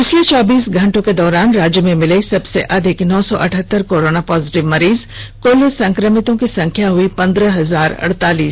पिछले चौबीस घंटे के दौरान राज्य में मिले सबसे अधिक नौ सौ अठहत्तर कोरोना पॉजिटिव मरीज कुल संक्रमितों की संख्या हुई पंद्रह हजार अड़तालीस